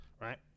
right